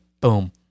boom